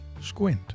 Squint